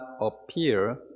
appear